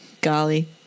golly